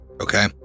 Okay